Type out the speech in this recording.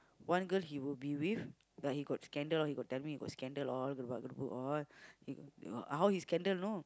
one girl he will be with but he got scandal all he got tell me he got scandal all all how he scandal you know